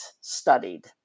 studied